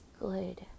good